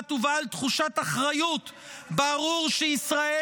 בר-דעת ובעל תחושת אחריות ברור שישראל